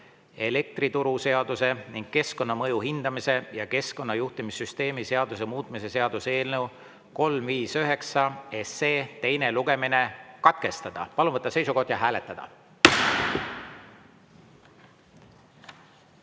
elektrituruseaduse ning keskkonnamõju hindamise ja keskkonnajuhtimissüsteemi seaduse muutmise seaduse eelnõu 359 teine lugemine katkestada. Palun võtta seisukoht ja hääletada!